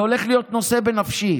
זה הולך להיות נושא שבנפשי.